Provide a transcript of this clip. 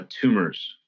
tumors